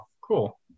cool